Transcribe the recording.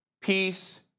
peace